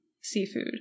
seafood